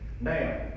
Now